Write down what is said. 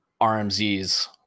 rmz's